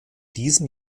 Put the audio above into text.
diesem